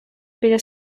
біля